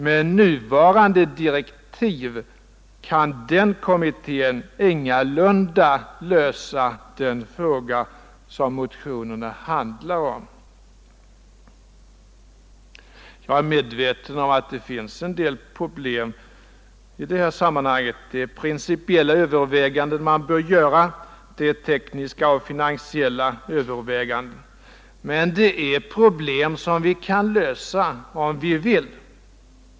Med nuvarande direktiv kan kommittén ingalunda lösa den fråga som motionerna handlar om. Jag är medveten om att finns en del problem i sammanhanget — det är principiella överväganden man bör göra, det är tekniska och finansiella överväganden — men det är problem som vi kan lösa, om vi vill.